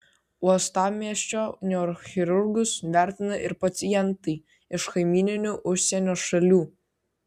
uostamiesčio neurochirurgus vertina ir pacientai iš kaimyninių užsienio šalių